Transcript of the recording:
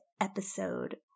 episode